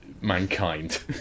mankind